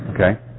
Okay